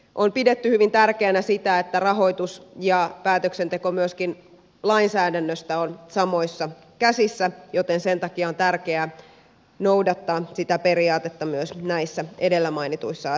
on pidetty hyvin tärkeänä sitä että rahoitus ja päätöksenteko lainsäädännöstä on samoissa käsissä joten sen takia on tärkeää noudattaa sitä periaatetta myös näissä edellä mainituissa asioissa